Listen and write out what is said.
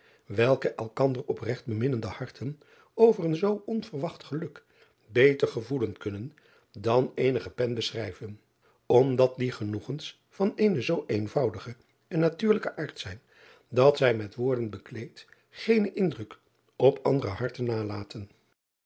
welke elkander opregt beminnende harten over een zoo onverwacht geluk beter gevoelen kunnen dan eenige pen beschrijven omdat die genoegens van eenen zoo eenvoudigen en natuurlijken aard zijn dat zij met woorden bekleed geenen indruk op andere harten nalaten